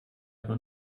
aber